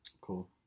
Cool